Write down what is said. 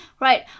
Right